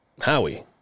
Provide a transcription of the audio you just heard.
Howie